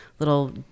little